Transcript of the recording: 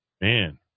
Man